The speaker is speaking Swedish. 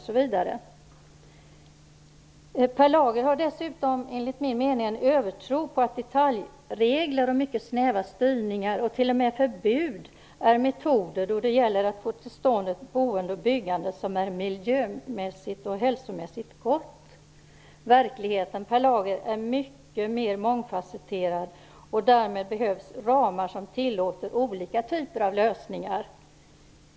Per Lager har dessutom enligt min mening en övertro på att detaljregler och mycket snäva styrningar, till och med förbud, är metoder då det gäller att få till stånd ett boende och byggande som är miljömässigt och hälsomässigt gott. Verkligheten, Per Lager, är mycket mer mångfacetterad och därmed behövs ramar som tillåter olika typer av lösningar.